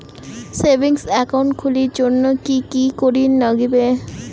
Savings account খুলির জন্যে কি কি করির নাগিবে?